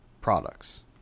products